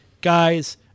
guys